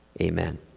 amen